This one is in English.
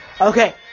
Okay